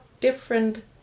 different